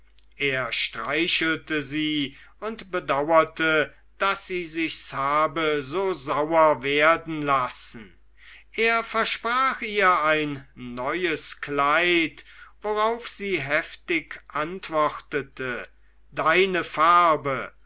er streichelte sie und bedauerte daß sie sich's habe so sauer werden lassen er versprach ihr ein neues kleid worauf sie heftig antwortete deine farbe